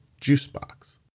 JUICEBOX